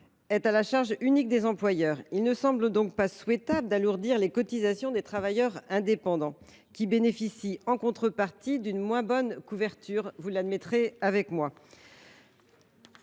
à la charge unique des employeurs. Il ne semble donc pas souhaitable d’alourdir les cotisations des travailleurs indépendants, qui bénéficient en contrepartie d’une moins bonne couverture, vous en conviendrez, mes